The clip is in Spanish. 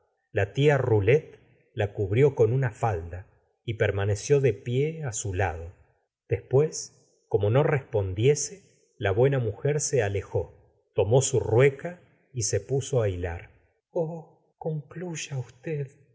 la tía rolet la cubrió col una falda y permaneció de pie á su lado la señora de bovary después como no respondiese la buena mujer se alejó tomó su rueca y se puso á hilar oh concluya usted